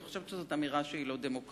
אני חושבת שזאת אמירה שהיא לא דמוקרטית.